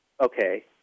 Okay